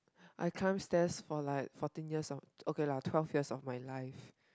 I climb stairs for like fourteen years of okay lah twelve years of my life